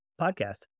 podcast